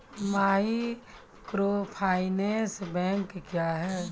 Microfinance bank क्या हैं?